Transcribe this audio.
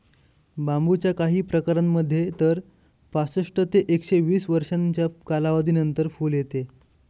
बांबूच्या काही प्रकारांमध्ये तर पासष्ट ते एकशे वीस वर्षांच्या कालावधीनंतर फुल येते